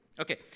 Okay